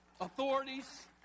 Authorities